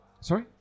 Sorry